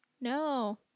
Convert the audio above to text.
No